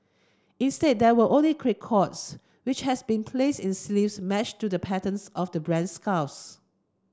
instead there were only records which has been placed in sleeves matched to the patterns of the brand's scarves